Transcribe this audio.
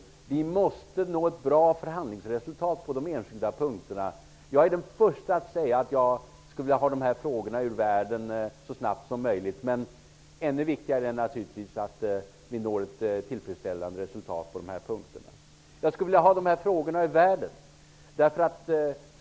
Vi måste nå ett bra förhandlingsresultat på de enskilda punkterna. Jag är den första att säga att jag vill ha dessa frågor ur världen så snabbt som möjligt. Men ännu viktigare är naturligtvis att nå ett tillfredsställande resultat på dessa punkter. Jag vill ha dessa frågor ur världen.